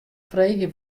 freegje